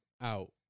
out